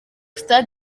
stade